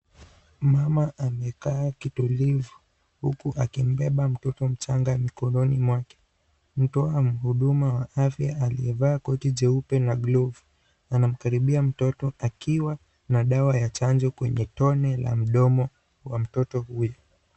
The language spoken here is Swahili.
Mama amekaa kitulivu huku akimbeba mtoto mchanga mkononi mwake, mtu ama mhudumu wa afya aliyevaa koti jeupe na glovu anamkaribia mtoto akiwa dawa ya chanjo kwenye tone la mdomo kwa mtoto huyu.